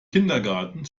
kindergarten